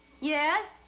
Yes